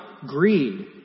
Greed